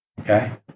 Okay